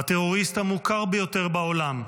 הטרוריסט המוכר ביותר בעולם,